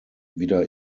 wieder